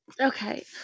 okay